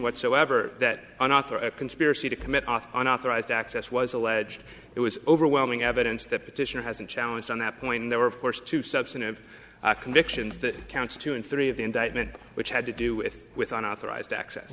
whatsoever that an author of a conspiracy to commit off an authorized access was alleged it was overwhelming evidence that petition has been challenged on that point and there were of course two substantive convictions the counts two and three of the indictment which had to do with with an authorized access